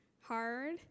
hard